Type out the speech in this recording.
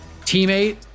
teammate